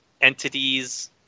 entities